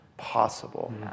possible